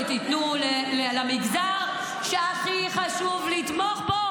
ותיתנו למגזר שהכי חשוב לתמוך בו: